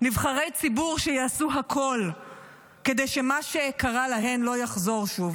נבחרי ציבור שיעשו הכול כדי שמה שקרה להם לא יחזור שוב.